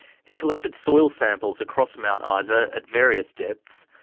he collected soil samples across mount ah isa at various depths,